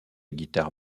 guitare